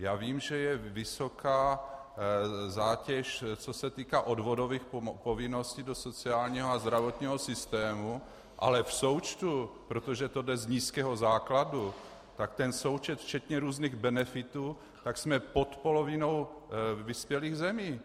Já vím, že je vysoká zátěž, co se týká odvodových povinností do sociálního a zdravotního systému, ale v součtu, protože to jde z nízkého základu, tak ten součet včetně různých benefitů, tak jsme pod polovinou vyspělých zemí.